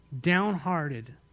downhearted